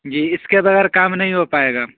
جی اس کے بغیر کام نہیں ہو پائے گا